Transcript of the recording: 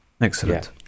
excellent